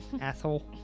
Asshole